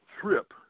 trip